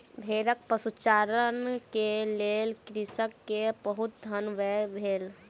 भेड़क पशुचारण के लेल कृषक के बहुत धन व्यय भेल